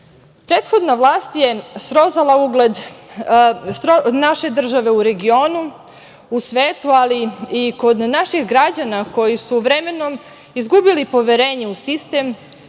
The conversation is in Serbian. Prethodna vlast je srozala ugled naše države u regionu, u svetu, ali i kod naših građana koji su vremenom izgubili poverenje u sistem,